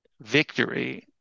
victory